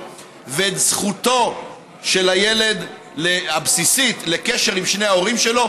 ואת זכותו הבסיסית של הילד לקשר עם שני ההורים שלו,